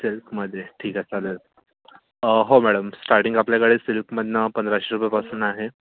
सिल्कमधे ठीक आहे चालेल हो मॅडम स्टार्टींग आपल्याकडे सिल्कमधनं पंधराशे रुपयापासून आहे